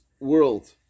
world